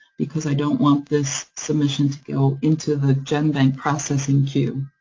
because i don't want this submission to go into the genbank processing queue.